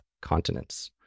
continents